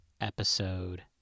episode